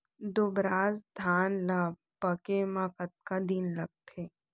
दुबराज धान ला पके मा कतका दिन लगथे?